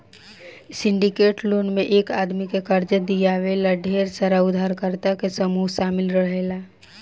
syndicate loan में एक आदमी के कर्जा दिवावे ला ढेर सारा उधारकर्ता के समूह शामिल रहेला